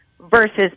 versus